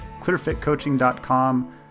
clearfitcoaching.com